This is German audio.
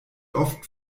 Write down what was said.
oft